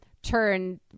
turn